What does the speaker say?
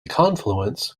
confluence